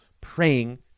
praying